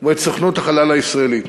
הוא סוכנות החלל הישראלית.